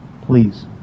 Please